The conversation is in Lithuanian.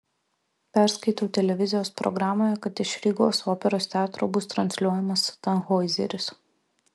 perskaitau televizijos programoje kad iš rygos operos teatro bus transliuojamas tanhoizeris